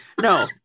No